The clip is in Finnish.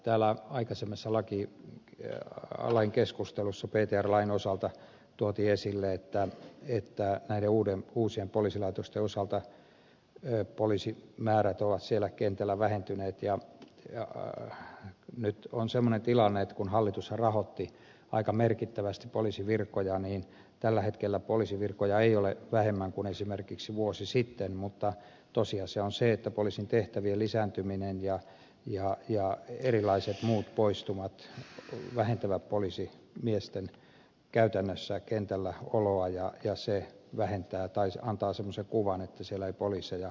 täällä aikaisemmassa keskustelussa ptr lain osalta tuotiin esille että näiden uusien poliisilaitosten osalta poliisimäärät ovat siellä kentällä vähentyneet ja nyt on semmoinen tilanne että kun hallitus rahoitti aika merkittävästi poliisivirkoja niin tällä hetkellä poliisivirkoja ei ole vähemmän kuin esimerkiksi vuosi sitten mutta tosiasia on se että poliisin tehtävien lisääntyminen ja erilaiset muut poistumat vähentävät poliisimiesten käytännössä kentälläoloa ja se antaa semmoisen kuvan että siellä ei poliiseja ole